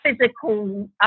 physical